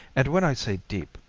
and when i say deep,